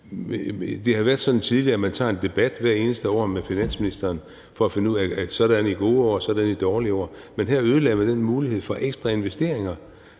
Det har været sådan tidligere, at man har taget en debat hvert eneste år med finansministeren for at finde ud af det – sådan i gode år og sådan i dårlige år. Men her ødelagde man den mulighed for ekstra investeringer.